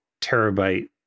terabyte